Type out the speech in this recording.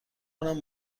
کنم